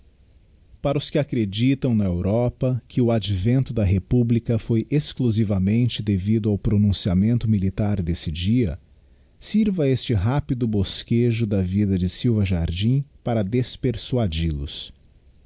para os que acreditam na europa que o advento da republica foi exclusivamente devido ao pronunciamento militar desse dia sirva este rápido bosquejo da vida de silva jardim para despersuadil os